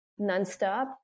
nonstop